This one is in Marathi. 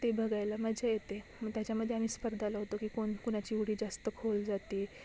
ते बघायला मजा येते मं त्याच्यामदे आम्ही स्पर्धा लावतो की कोनकुनाची उडी जास्त खोल जाते